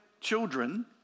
children